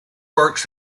works